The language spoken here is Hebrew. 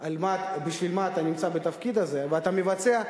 בשביל מה אתה נמצא בתפקיד הזה ואתה מבצע,